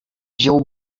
wziął